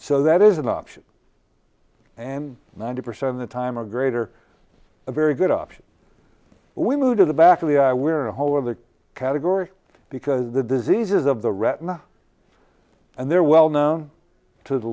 so that is an option and ninety percent of the time a greater a very good option we move to the back of the eye we're a whole of the category because the diseases of the retina and they're well known to the